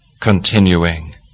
continuing